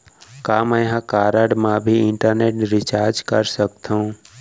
का मैं ह कारड मा भी इंटरनेट रिचार्ज कर सकथो